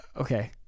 Okay